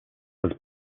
was